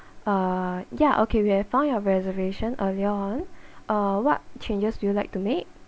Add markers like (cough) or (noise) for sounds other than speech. uh yeah okay we have found your reservation earlier on (breath) uh what changes do you like to make